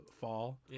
fall